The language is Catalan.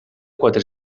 quatre